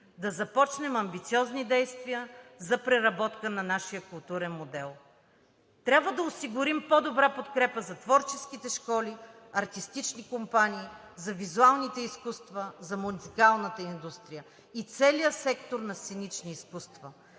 да започнем амбициозни действия за преработка на нашия културен модел. Трябва да осигурим по-добра подкрепа за творческите школи, артистични компании, за визуалните изкуства, за музикалната индустрия и целия сектор на сценични изкуства.